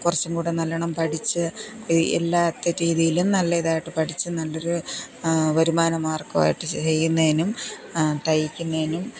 കുറച്ചുംകൂടെ നല്ലവണ്ണം പഠിച്ച് ഈ എല്ലാത്ത രീതിയിലും നല്ല ഇതായിട്ട് പഠിച്ച് നല്ല ഒരു വരുമാനമാര്ഗമായിട്ട് ചെയ്യുന്നതിനും തയ്ക്കുന്നതിനും